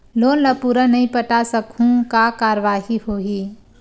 Loan ला पूरा नई पटा सकहुं का कारवाही होही?